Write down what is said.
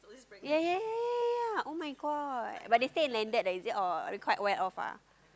ya ya ya ya ya [oh]-my-god but they say in landed ah is it or they quite well off ah